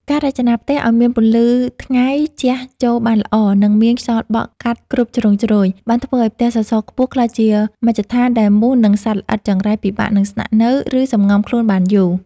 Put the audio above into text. ការរចនាផ្ទះឱ្យមានពន្លឺថ្ងៃជះចូលបានល្អ និងមានខ្យល់បក់កាត់គ្រប់ជ្រុងជ្រោយ បានធ្វើឱ្យផ្ទះសសរខ្ពស់ក្លាយជាមជ្ឈដ្ឋានដែលមូស និងសត្វល្អិតចង្រៃពិបាកនឹងស្នាក់នៅ ឬសម្ងំខ្លួនបានយូរ។